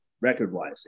record-wise